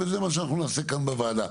וזה מה שאנחנו נעשה כאן בוועדה.